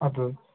اَدٕ حظ